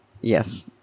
Yes